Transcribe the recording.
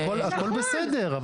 הכול בסדר.